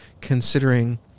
considering